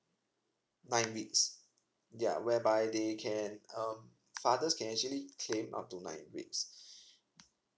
nine weeks ya whereby they can um fathers can actually claim up to nine weeks